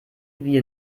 wie